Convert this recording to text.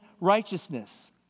righteousness